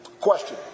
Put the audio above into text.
Question